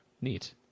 neat